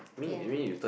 ya